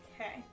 Okay